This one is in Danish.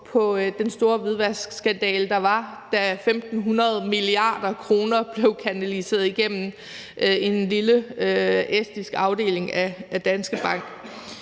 på den store hvidvaskskandale, der var, da 1.500 mia. kr. blev kanaliseret igennem en lille estisk afdeling af Danske Bank.